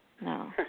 No